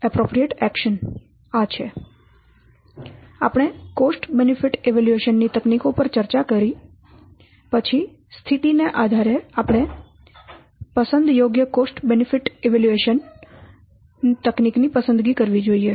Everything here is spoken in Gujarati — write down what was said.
આપણે કોસ્ટ બેનિફીટ ઇવેલ્યુએશન ની તકનીકો પર ચર્ચા કરી પછી સ્થિતીને આધારે આપણે પસંદ યોગ્ય કોસ્ટ બેનિફીટ ઇવેલ્યુએશન તકનીક ની પસંદગી કરવી જોઈએ